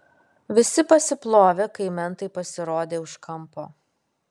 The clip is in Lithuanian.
visi pasiplovė kai mentai pasirodė už kampo